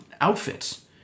outfits